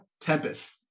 Tempest